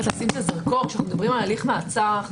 הזרקור כשמדברים על הליך מעצר,